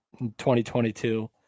2022